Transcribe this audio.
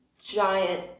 giant